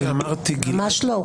ממש לא.